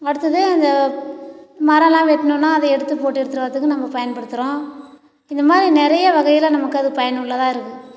அடுத்தது அந்த மரலாம் வெட்னோன்னா அதை எடுத்துப் போட்டு எடுத்து வர்றதுக்கு நம்ம பயன்படுத்துறோம் இது மாதிரி நிறைய வகையில் நமக்கு அது பயனுள்ளதாக இருக்கு